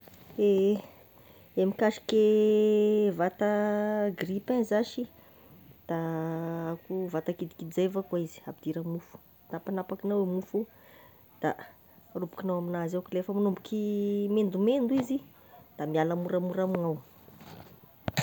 Ehe ny mikasiky e vata grille pain zashy da akoa vata kidikidy zay avao koa izy ampidira mofo napagnapakinao io mofo io, da arobokinao amignazy ao, rehefa magnomboky mandomendo izy da miala moramora amignao.